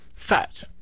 Fat